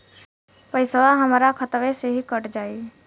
पेसावा हमरा खतवे से ही कट जाई?